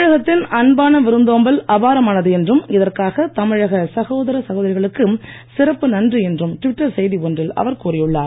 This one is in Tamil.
தமிழகத்தின் அன்பான விருந்தோம்பல் அபாரமானது என்றும் இதற்காக தமிழக சகோதர சகோதரிகளுக்கு சிறப்பு நன்றி என்றும் ட்விட்டர் செய்தி ஒன்றில் அவர் கூறியுள்ளார்